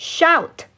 Shout